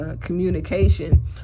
communication